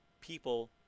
people